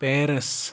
Paris